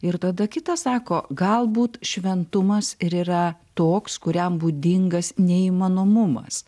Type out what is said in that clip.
ir tada kitas sako galbūt šventumas ir yra toks kuriam būdingas neįmanomumas